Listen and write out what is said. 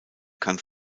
kann